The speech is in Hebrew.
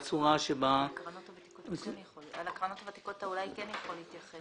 על הקרנות הוותיקות אתה אולי כן יכול להתייחס.